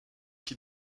qui